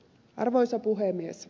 arvoisa puhemies